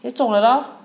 就中了咯